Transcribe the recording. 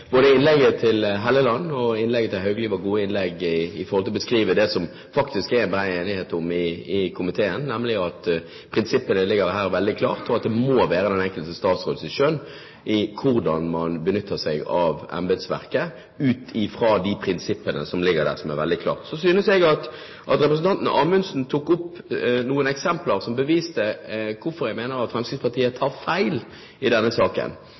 både innlegget til Helleland og innlegget til Haugli var gode når det gjaldt å beskrive det som det faktisk er bred enighet om i komiteen. Prinsippet her er veldig klart; det må være etter den enkelte statsråds skjønn hvordan man benytter seg av embetsverket ut fra de prinsippene som ligger der, som er veldig klare. Så mener jeg at representanten Anundsen kom med noen eksempler som viste hvorfor Fremskrittspartiet tar feil i denne saken.